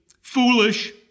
foolish